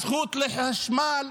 הזכות לחשמל,